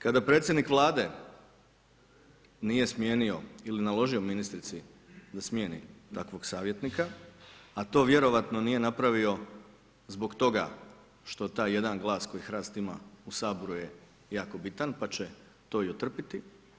Kada predsjednik Vlade nije smijenio ili naložio ministrici da smijeni takvog savjetnika, a to vjerojatno nije napravio zbog toga što taj jedan glas koji HRAST ima u Saboru je jako bitan, pa će to i otrpite.